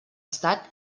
estat